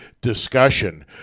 discussion